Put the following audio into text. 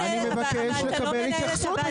אני מבקש לקבל התייחסות.